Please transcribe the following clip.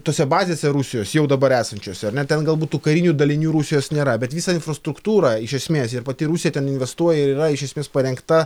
tose bazėse rusijos jau dabar esančiose ar ne ten galbūt tų karinių dalinių rusijos nėra bet visa infrastruktūra iš esmės ir pati rusija ten investuoja ir yra iš esmės parengta